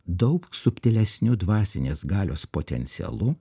daug subtilesniu dvasinės galios potencialu